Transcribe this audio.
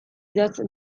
idatz